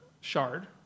shard